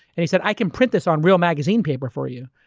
he said, i can print this on real magazine paper for you.